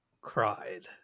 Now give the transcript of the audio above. cried